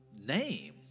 name